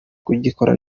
kugikora